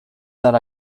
that